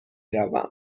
روم